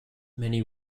many